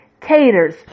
caters